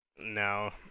No